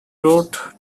wrote